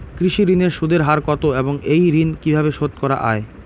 কৃষি ঋণের সুদের হার কত এবং এই ঋণ কীভাবে শোধ করা য়ায়?